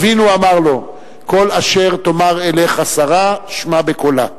אבינו אמר לו: "כל אשר תאמר אליך שרה שמע בקֹלה".